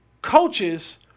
coaches